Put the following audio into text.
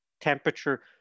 temperature